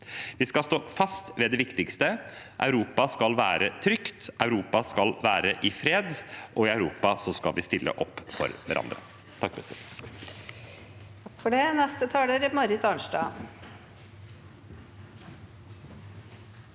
Vi skal stå fast ved det viktigste: Europa skal være trygt, Europa skal være i fred, og i Europa skal vi stille opp for hverandre. Marit